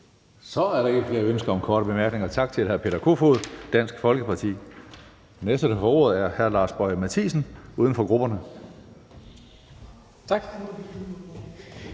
Så er der ikke flere ønsker om korte bemærkninger, så tak til hr. Peter Kofod, Dansk Folkeparti. Den næste, der får ordet, er hr. Lars Boje Mathiesen, uden for grupperne. Kl.